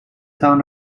تان